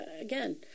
again